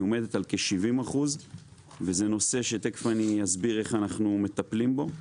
היא עומדת על כ-70% וזה נושא שתיכף אני אסביר איך אנחנו מטפלים בו.